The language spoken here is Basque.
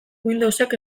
windowsek